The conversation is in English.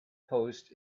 post